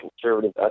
conservative